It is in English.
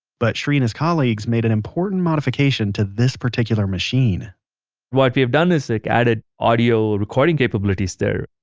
but shri and his colleagues made an important modification to this particular machine what we've done is like added audio recording capabilities there.